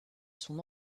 son